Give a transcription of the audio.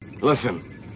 Listen